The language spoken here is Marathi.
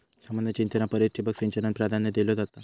सामान्य सिंचना परिस ठिबक सिंचनाक प्राधान्य दिलो जाता